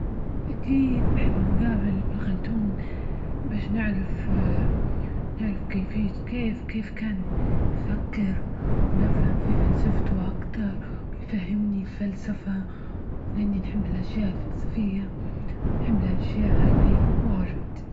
أكيد نحب نجابل ابن خلدون، باش نعرف-نعرف كيفية كيف-كيف كان يفكر؟ ونفهم في فلسفته أكتر ويفهمني فلسفة وليني نحب الأشياء الفلسفية نحب الأشياء هذي وايض.